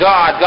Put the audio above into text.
God